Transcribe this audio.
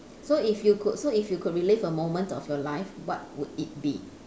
so if you could so if you could relive a moment of your life what would it be